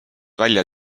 välja